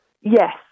Yes